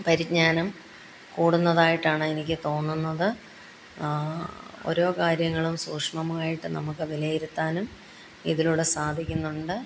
പരിജ്ഞാനം കൂടുന്നതായിട്ടാണ് എനിക്ക് തോന്നുന്നത് ഓരോ കാര്യങ്ങളും സൂക്ഷ്മമായിട്ട് നമുക്ക് വിലയിരുത്താനും ഇതിലൂടെ സാധിക്കുന്നുണ്ട്